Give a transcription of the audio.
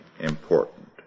important